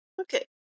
Okay